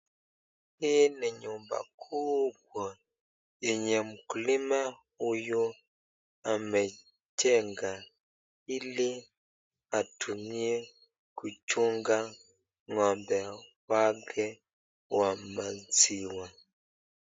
Hii ni nyumba kubwa enye mkulima huyo amejenga ili atumie kuchunga ngombe wake wa maziwa.